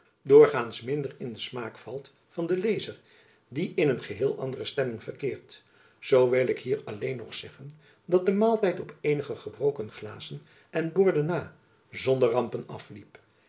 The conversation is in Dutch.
doorgaands minder in den smaak valt van den lezer die in een geheel andere stemming verkeert zoo wil ik hier alleen nog zeggen dat de maaltijd op eenige gebroken glazen en borden na zonder rampen afliep